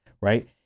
right